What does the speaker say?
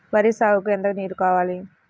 వరి సాగుకు ఎంత నీరు కావాలి?